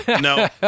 no